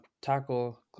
tackle